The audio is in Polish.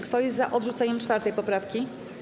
Kto jest za odrzuceniem 4. poprawki?